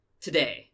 Today